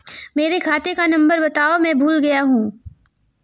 मेरे खाते का नंबर बताओ मैं भूल गया हूं